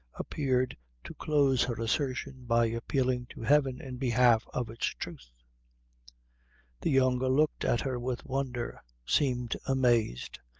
appeared to close her assertion by appealing to heaven in behalf of its truth the younger looked at her with wonder, seemed amazed,